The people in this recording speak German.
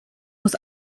muss